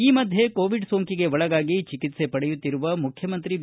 ಈ ಮಧ್ಯೆ ಕೋವಿಡ್ ಸೋಂಕಿಗೆ ಒಳಗಾಗಿ ಚಿಕಿತ್ಲೆ ಪಡೆಯುತ್ತಿರುವ ಮುಖ್ಯಮಂತ್ರಿ ಬಿ